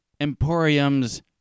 emporiums